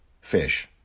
fish